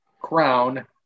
crown